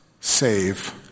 save